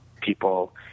people